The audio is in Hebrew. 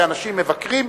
כאנשים מבקרים,